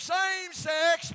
same-sex